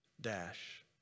dash